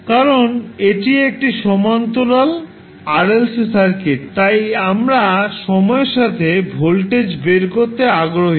কারণ এটি একটি সমান্তরাল RLC সার্কিট তাই আমরা সময়ের সাথে ভোল্টেজ বের করতে আগ্রহী